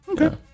okay